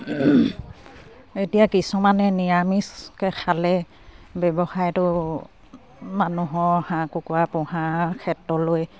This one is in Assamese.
এতিয়া কিছুমানে নিৰামিষকে খালে ব্যৱসায়টো মানুহৰ হাঁহ কুকুৰা পোহাৰ ক্ষেত্ৰলৈ